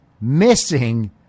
missing